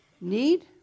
need